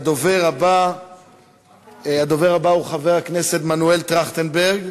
הדובר הבא הוא חבר הכנסת מנואל טרכטנברג,